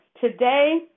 Today